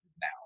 now